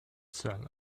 sell